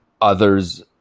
Others